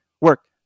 work